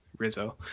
rizzo